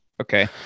Okay